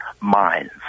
minds